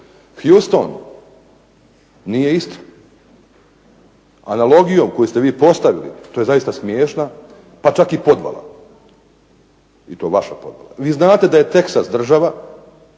Houston nije Istra. Analogijom koju ste vi postavili, to je zaista smiješno pa čak i podvala. I to vaša podvala. Vi znate da je Teksas država